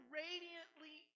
radiantly